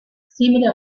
simile